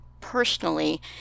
personally